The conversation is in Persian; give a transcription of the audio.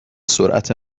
سرعت